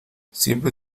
siempre